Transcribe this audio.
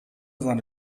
seine